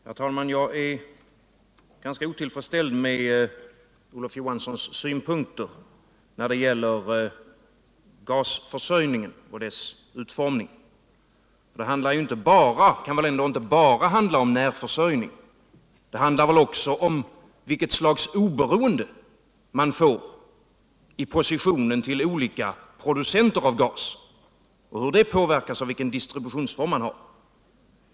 Herr talman! Jag är ganska outillfredsställd med Olof Johanssons synpunkter när det gäller gasförsörjningen och dess utformning. Det kan väl inte bara handla om närförsörjning. Det handlar väl också om vilket slags oberoende man får i positionen till olika producenter av gas och hur det påverkas av vilken distributionsform man har.